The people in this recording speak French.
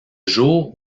jour